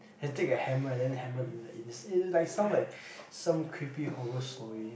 and take a hammer and then hammer the needle in it it sound like some creepy horror story